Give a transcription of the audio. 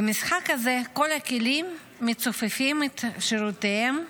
במשחק הזה כל הכלים מצופפים את שורותיהם